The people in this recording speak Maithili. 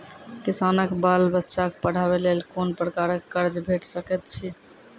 किसानक बाल बच्चाक पढ़वाक लेल कून प्रकारक कर्ज भेट सकैत अछि?